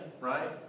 right